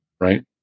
right